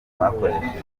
bakoresheje